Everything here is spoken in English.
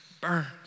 burns